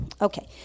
okay